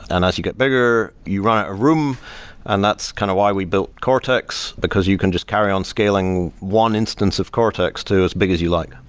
and as you get bigger, you run a room and that's kind of why we built cortex, because you can just carry on scaling one instance of cortex to as big as you like.